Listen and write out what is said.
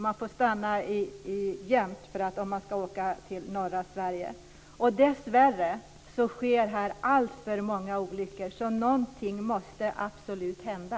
Man får stanna jämt om man ska åka till norra Sverige. Dessvärre sker här alltför många olyckor. Någonting måste absolut hända.